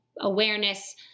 awareness